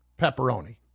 pepperoni